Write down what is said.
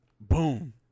boom